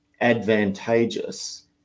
advantageous